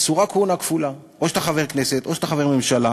אסורה כהונה כפולה: או שאתה חבר כנסת או שאתה חבר ממשלה.